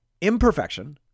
imperfection